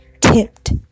tipped